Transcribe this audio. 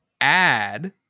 add